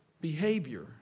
behavior